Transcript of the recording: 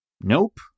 Nope